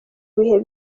bihe